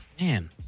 Man